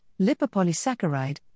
lipopolysaccharide